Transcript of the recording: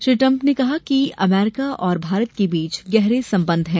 Shri Trump ने कहा कि अमरीका और भारत के बीच गहरे संबंध हैं